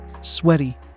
Sweaty